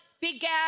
began